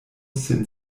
sin